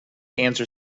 answer